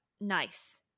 nice